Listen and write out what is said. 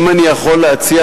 האם אני יכול להציע הצעת ייעול?